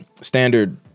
standard